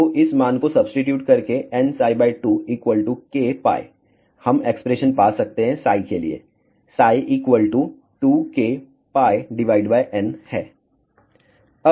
तो इस मान को सब्सीटीट्यूट करके nψ2 kहम एक्सप्रेशन पा सकते के लिए ψ2kn हैं